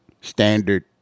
standard